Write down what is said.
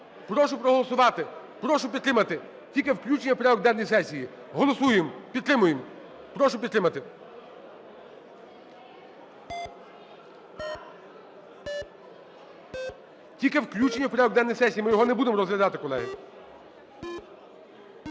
Прошу проголосувати. Прошу підтримати. Тільки включення в порядок денний сесії. Голосуємо. Підтримуємо. Прошу підтримати. Тільки включення в порядок денний сесії, ми його не будемо розглядати, колеги.